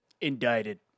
Indicted